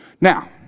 Now